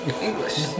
English